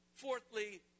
Fourthly